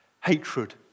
Hatred